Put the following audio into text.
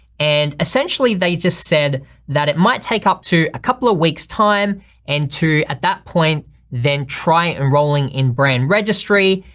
and essentially they just said that it might take up to a couple of weeks time and at that point then try enrolling in brand registry,